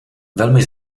velmi